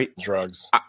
drugs